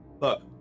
Look